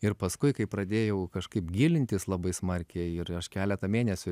ir paskui kai pradėjau kažkaip gilintis labai smarkiai ir aš keletą mėnesių